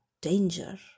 danger